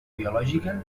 biològica